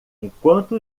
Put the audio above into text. enquanto